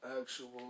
actual